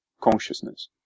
consciousness